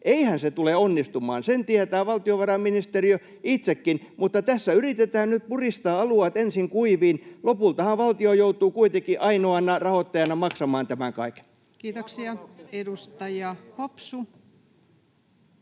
Eihän se tule onnistumaan. Sen tietää valtiovarainministeriö itsekin, mutta tässä yritetään nyt puristaa alueet ensin kuiviin. Lopultahan valtio joutuu kuitenkin ainoana rahoittajana